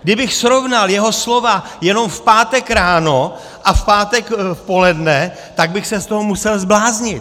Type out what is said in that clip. Kdybych srovnal jeho slova jenom v pátek ráno a v pátek v poledne, tak bych se z toho musel zbláznit!